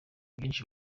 byinshi